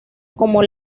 como